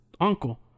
uncle